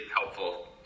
helpful